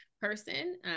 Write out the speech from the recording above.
person